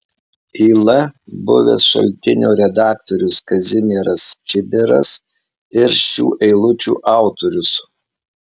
yla buvęs šaltinio redaktorius kazimieras čibiras ir šių eilučių autorius